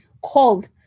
called